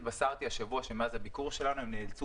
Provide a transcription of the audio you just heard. התבשרתי השבוע שמאז הביקור שלנו הם נאלצו